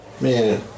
man